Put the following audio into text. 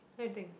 what you think